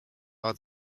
are